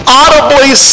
audibly